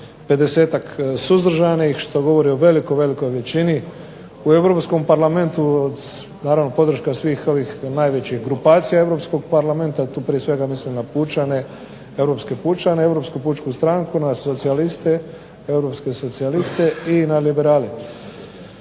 suzdržanih što govori o velikoj većini u Europskom parlamentu, naravno podrška svih ovih većih grupacija Europskog parlamenta. Tu prije svega mislim na Europske pučane, na Europsku pučku stranku, na socijaliste, Europske socijaliste i liberale.